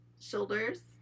shoulders